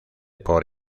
por